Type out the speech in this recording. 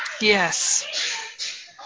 Yes